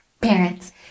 Parents